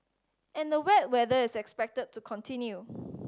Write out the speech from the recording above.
and the wet weather is expected to continue